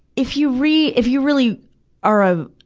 if you re, if you really are a,